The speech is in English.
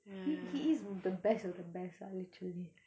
he he is the best of the best ah literally